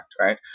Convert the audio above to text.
right